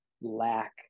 lack